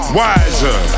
wiser